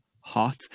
hot